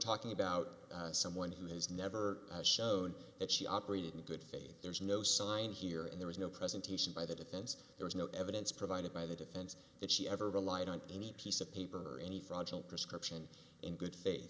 talking about someone who has never shown that she operated in good faith there's no sign here and there is no presentation by the defense there is no evidence provided by the defense that she ever relied on any piece of paper or any fraudulent prescription